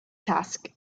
task